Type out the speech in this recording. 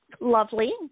lovely